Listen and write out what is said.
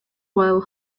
while